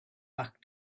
back